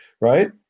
Right